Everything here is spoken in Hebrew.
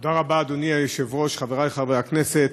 אדוני היושב-ראש, תודה רבה, חברי חברי הכנסת,